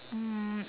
um